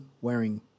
wearing